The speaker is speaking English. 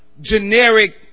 generic